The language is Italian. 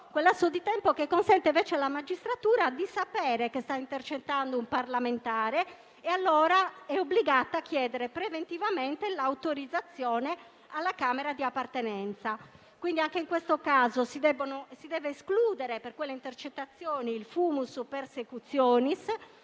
lasso di tempo, il quale consente alla magistratura di sapere che sta intercettando un parlamentare per cui è obbligata a chiedere preventivamente l'autorizzazione alla Camera di appartenenza. Quindi, anche in questo caso si deve escludere per quelle intercettazioni il *fumus persecutionis*